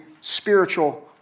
spiritual